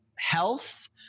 Health